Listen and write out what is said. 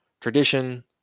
tradition